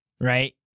right